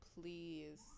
Please